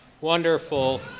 wonderful